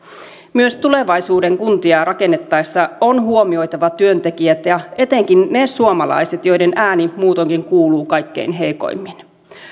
myös tulevaisuuden kuntia rakennettaessa on huomioitava työntekijät ja etenkin ne suomalaiset joiden ääni muutoinkin kuuluu kaikkein heikoimmin